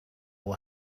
will